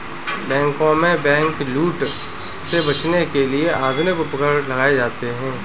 बैंकों में बैंकलूट से बचने के लिए आधुनिक उपकरण लगाए जाते हैं